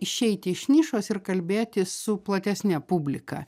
išeiti iš nišos ir kalbėtis su platesne publika